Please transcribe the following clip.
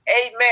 Amen